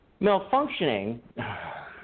Malfunctioning